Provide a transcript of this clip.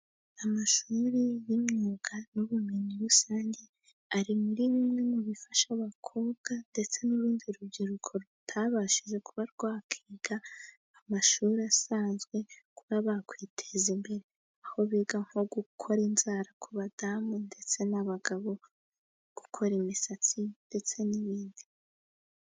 Amashuri y'imyuga n'ubumenyi rusange, ari muri bimwe mu bifasha abakobwa ndetse n'urundi rubyiruko rutabashije kuba rwakwiga amashuri asanzwe, kuba bakwiteza imbere, aho biga nko gukora inzara ku badamu ndetse n'abagabo, gukora imisatsi ndetse n'ibindi.